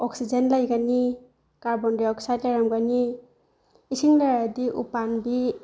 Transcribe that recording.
oxygen ꯂꯩꯒꯅꯤ carbon dioxide ꯂꯩꯔꯝꯒꯅꯤ ꯏꯁꯤꯡ ꯂꯩꯔꯗꯤ ꯎꯄꯥꯝꯕꯤ